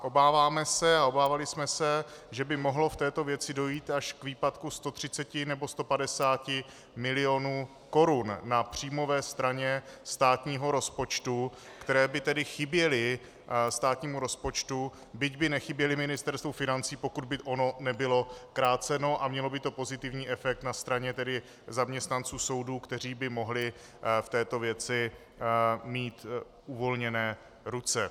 Obáváme se a obávali jsme se, že by mohlo v této věci dojít až k výpadku 130 nebo 150 milionů korun na příjmové straně státního rozpočtu, které by tedy chyběly státnímu rozpočtu, byť by nechyběly Ministerstvu financí, pokud by ono nebylo kráceno, a mělo by to pozitivní efekt na straně zaměstnanců soudů, kteří by mohli v této věci mít uvolněné ruce.